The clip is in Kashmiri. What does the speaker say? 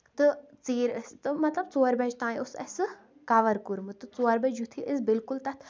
تہٕ ژیٖرۍ ٲسۍ تہٕ مطلب ژور بَجہِ تام اوس اَسہِ سُہ کَور کورمُت تہٕ ژور بَجہِ یِتھُے أسۍ بِلکُل تَتھ